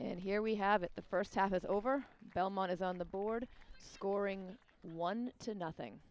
and here we have it the first half is over belmont is on the board scoring one to nothing